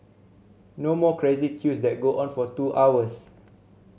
no more crazy queues that go on for two hours